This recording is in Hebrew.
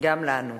גם לנו.